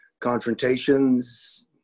confrontations